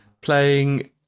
playing